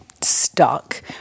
stuck